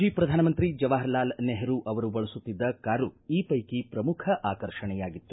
ಮಾಜಿ ಪ್ರಧಾನಮಂತ್ರಿ ಜವಹಾರ್ಲಾಲ್ ನೆಹರೂ ಅವರು ಬಳಸುತ್ತಿದ್ದ ಕಾರು ಈ ಪೈಕಿ ಪ್ರಮುಖ ಆಕರ್ಷಣೆಯಾಗಿತ್ತು